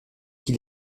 qui